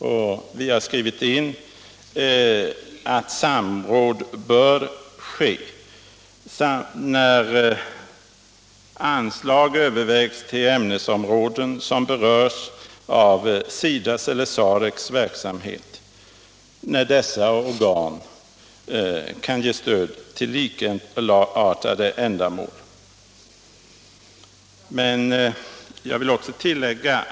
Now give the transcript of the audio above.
Vi har också skrivit in att samråd bör ske när anslag övervägs till ämnesområden som berörs av SIDA:s eller SAREC:s stödverksamhet för liknande ändamål.